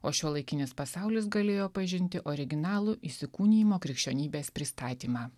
o šiuolaikinis pasaulis galėjo pažinti originalų įsikūnijimo krikščionybės pristatymą